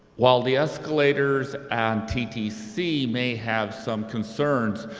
while the escalators and ttc may have some concerns,